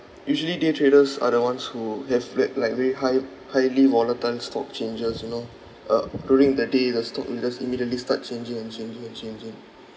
usually day traders are the ones who have like like very high highly volatile stock changes you know uh during the day the stock indicators immediately start changing and changing and changing